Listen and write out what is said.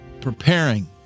preparing